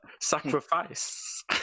sacrifice